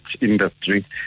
industry